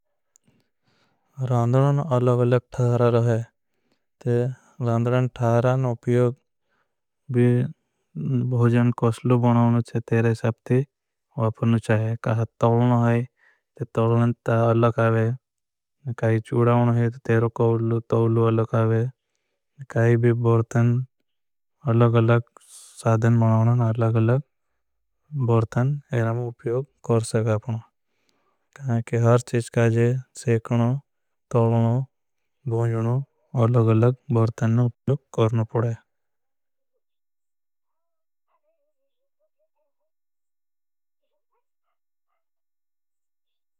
रांदरान अलग अलग ठारार है रांदरान ठारारन उप्योग। भोजन कोसलू बनाओनु चे तेरे सापती वापनु चाहे तौलनु। है ते तौलनें ता अलग आवे काहे चूडाओनु है तो तेरे कौलु। तौलु अलग आवे भौर्तन अलग अलग सादन बनाओनु। अलग अलग भौर्तन एरं उप्योग कर सकापनु कि हर चीज। काजे सेखनु, तौलनु, भोजनु अलग अलग भौर्तन न। उप्योग करना पड़ा है।